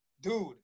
dude